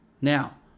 Now